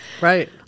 right